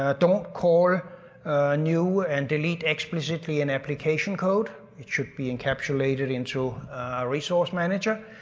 ah don't call new and delete explicitly in application code. it should be encapsulated into a resource manager.